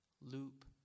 loop